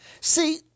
See